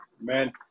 Amen